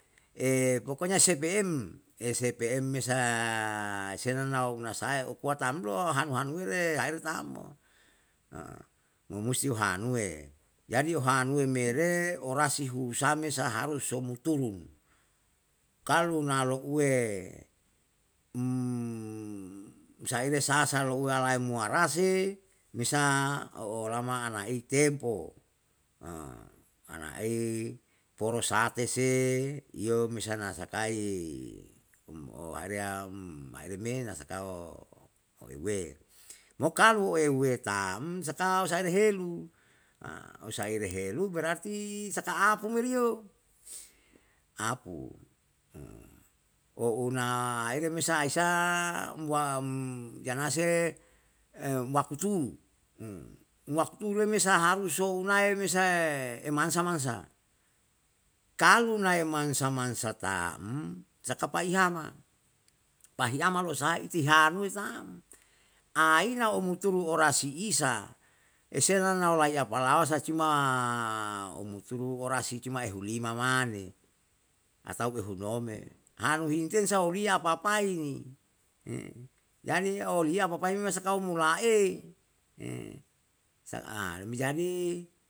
Pokonya spm, spm mesa senanau hunasae upuwa tamlo hanu hanure ahirtamo musti hunahunue jadi o hanue mere orasi husame saha turun kalu naloue um sairesa sa lou uwalamae muarase bisa o lama ana ai tempo ana ai poro satese iyo misa na sakai um o area um area me na sakao ehuwe mo kalu ehuwe tam sakao sae heru, sae heru berarti saka apu merio apu o una aeremesa aesya um wa yanase e wakutu, wakutu lemesa harus sounae mesae e mansa mansa kalu nae mansa mansa tam um saka pahiama, pahiama losai iti hanu tam aina umuturu orasi isa esena naoyapalao sa cuma umuturu orasi cuma uhu lima mane atau uhu nome hanu hinten sauriya apapai ni jadi o lia apapai mesakau mulae jadi